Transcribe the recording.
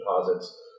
deposits